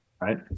right